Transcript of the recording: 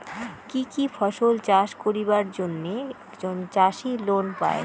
কি কি ফসল চাষ করিবার জন্যে একজন চাষী লোন পায়?